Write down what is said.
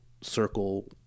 circle